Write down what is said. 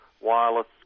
wireless